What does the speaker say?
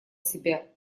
себя